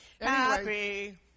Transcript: Happy